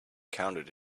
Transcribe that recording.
counted